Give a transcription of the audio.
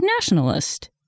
nationalist